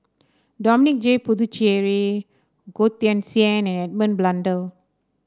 Dominic J Puthucheary Goh Teck Sian and Edmund Blundell